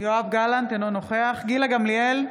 אינו נוכח גילה גמליאל,